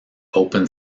open